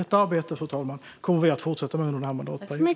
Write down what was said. Detta arbete, fru talman, kommer vi att fortsätta med under mandatperioden.